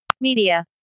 Media